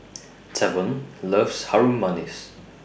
Tavon loves Harum Manis